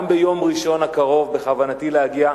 גם ביום ראשון הקרוב בכוונתי להגיע,